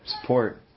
support